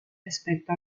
rispetto